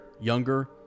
younger